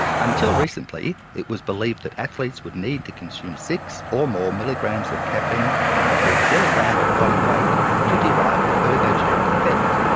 until recently it was believed that athletes would need to consume six or more milligrams of caffeine per kilogram of body weight to derive an ergogenic effect.